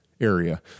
area